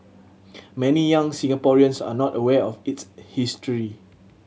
many young Singaporeans are not aware of its history